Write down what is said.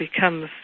becomes